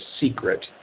secret